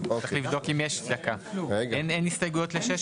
אין הסתייגויות ל-16?